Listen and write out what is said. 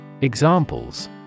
Examples